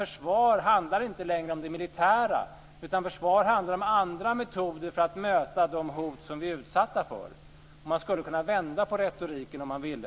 Försvar handlar inte längre om det militära. Försvar handlar om andra metoder för att möta de hot som vi är utsatta för. Man skulle kunna vända på retoriken om man ville.